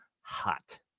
hot